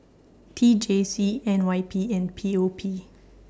T J C N Y P and P O P